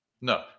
no